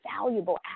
valuable